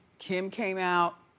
kim came out,